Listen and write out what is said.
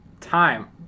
time